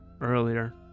earlier